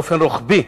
באופן רוחבי,